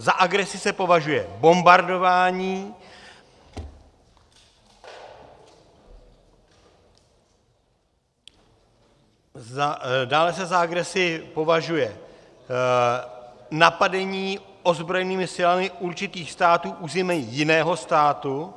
Za agresi se považuje bombardování, dále se za agresi považuje napadení ozbrojenými silami určitých států území jiného státu